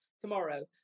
tomorrow